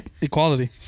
Equality